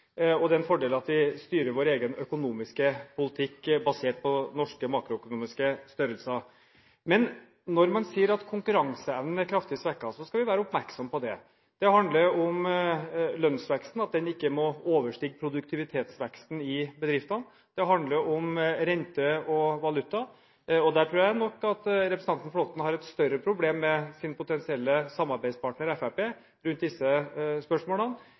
og det er en fordel at vi styrer vår egen økonomiske politikk basert på norske makroøkonomiske størrelser. Men når man sier at konkurranseevnen er kraftig svekket, skal vi være oppmerksomme på det. Det handler om lønnsveksten, at den ikke må overstige produktivitetsveksten i bedriftene, og det handler om rente og valuta. Jeg tror nok representanten Flåtten har et større problem med sin potensielle samarbeidspartner Fremskrittspartiet rundt disse spørsmålene